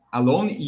alone